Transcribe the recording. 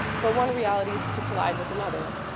for one reality to collide with another.